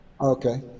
Okay